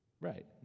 Right